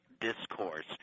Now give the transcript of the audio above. discourse